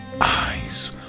eyes